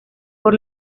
por